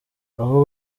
aho